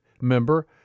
member